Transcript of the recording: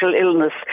illness